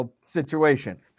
situation